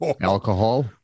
alcohol